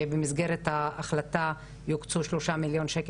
שבמסגרת ההחלטה יוקצו שלושה מיליון שקל